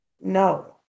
No